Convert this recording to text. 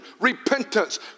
repentance